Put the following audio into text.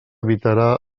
evitarà